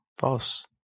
false